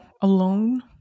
alone